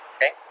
Okay